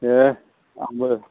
दे आंबो